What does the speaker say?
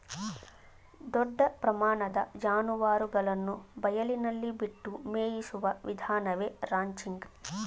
ದೊಡ್ಡ ಪ್ರಮಾಣದ ಜಾನುವಾರುಗಳನ್ನು ಬಯಲಿನಲ್ಲಿ ಬಿಟ್ಟು ಮೇಯಿಸುವ ವಿಧಾನವೇ ರಾಂಚಿಂಗ್